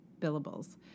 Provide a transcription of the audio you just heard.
billables